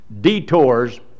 detours